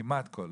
כמעט כל,